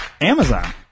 Amazon